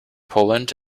poland